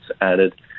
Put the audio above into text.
added